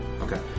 Okay